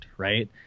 right